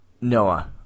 Noah